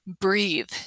breathe